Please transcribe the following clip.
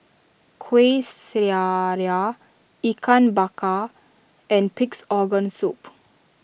Kueh Syara Ikan Bakar and Pig's Organ Soup